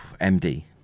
MD